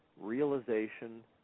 realization